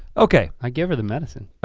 okay. i give her the medicine.